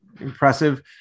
impressive